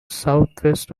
southwest